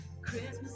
Christmas